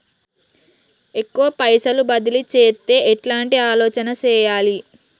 ఎక్కువ పైసలు బదిలీ చేత్తే ఎట్లాంటి ఆలోచన సేయాలి?